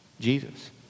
Jesus